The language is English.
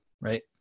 right